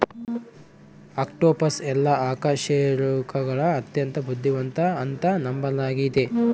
octopus ಎಲ್ಲಾ ಅಕಶೇರುಕಗುಳಗ ಅತ್ಯಂತ ಬುದ್ಧಿವಂತ ಅಂತ ನಂಬಲಾಗಿತೆ